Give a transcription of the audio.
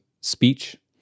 speech